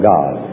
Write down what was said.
God